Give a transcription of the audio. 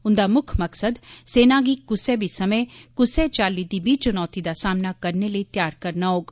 उंदा मुक्ख मकसद सेना गी कुसै बी समें कुसै चाल्ली दी बी चुनौती दा सामना करने लेई तैयार करना होग